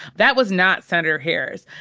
that was not senator harris.